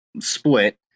split